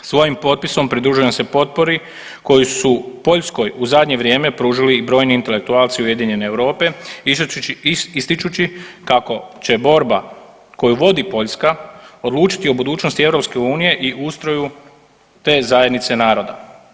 Svojim potpisom pridružujem se potpori koji su Poljskoj u zadnje vrijeme pružili i brojni intelektualci ujedinjene Europe ističući kako će borba koju vodi Poljska odlučiti o budućnosti EU i ustroju te zajednice naroda.